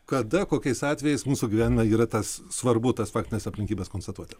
kada kokiais atvejais mūsų gyvenime yra tas svarbu tas faktines aplinkybes konstatuoti